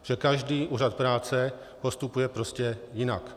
Že každý úřad práce postupuje prostě jinak.